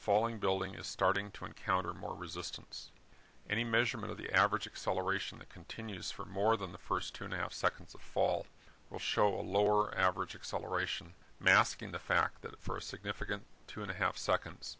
falling building is starting to encounter more resistance any measurement of the average acceleration that continues for more than the first two and a half seconds of fall will show a lower average acceleration masking the fact that for a significant two and a half seconds